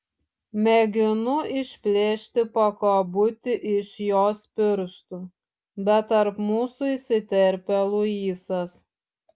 mėginu išplėšti pakabutį iš jos pirštų bet tarp mūsų įsiterpia luisas